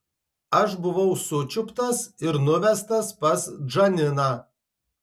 aš buvau sučiuptas ir nuvestas pas džaniną